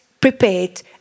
prepared